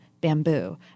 bamboo